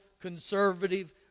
conservative